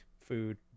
food